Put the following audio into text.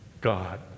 God